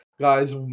guys